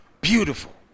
beautiful